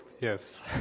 yes